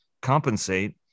compensate